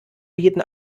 jeden